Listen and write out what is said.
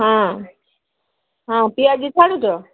ହଁ ହଁ ପିଆଜି ଛାଣୁଛ